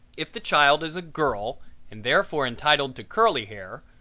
if the child is a girl and, therefore, entitled to curly hair,